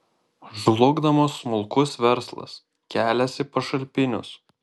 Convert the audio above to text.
žlugdomas smulkus verslas kelias į pašalpinius